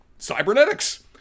cybernetics